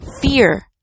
fear